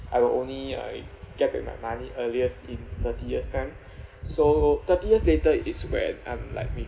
I will only I get back my money earliest in thirty years time so thirty years later it's when I'm like